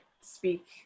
speak